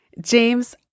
James